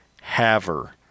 Haver